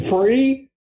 free